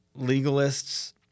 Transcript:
legalists